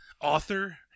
author